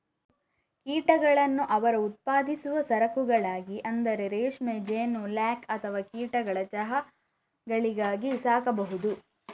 ಕೀಟಗಳನ್ನು ಅವರು ಉತ್ಪಾದಿಸುವ ಸರಕುಗಳಿಗಾಗಿ ಅಂದರೆ ರೇಷ್ಮೆ, ಜೇನು, ಲ್ಯಾಕ್ ಅಥವಾ ಕೀಟಗಳ ಚಹಾಗಳಿಗಾಗಿ ಸಾಕಬಹುದು